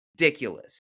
ridiculous